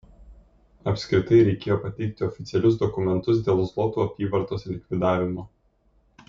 apskritai reikėjo pateikti oficialius dokumentus dėl zlotų apyvartos likvidavimo